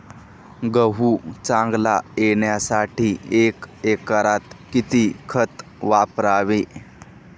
गहू चांगला येण्यासाठी एका एकरात किती खत वापरावे?